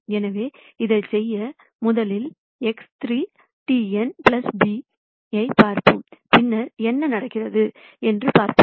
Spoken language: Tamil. எனவே இதைச் செய்ய முதலில் X3Tn b ஐப் பார்ப்போம் பின்னர் என்ன நடக்கிறது என்று பார்ப்போம்